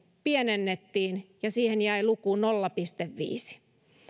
pienennettiin ja siihen jäi luku nolla pilkku viidennen